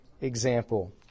example